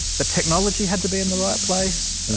the technology had to be in the right place and